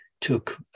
took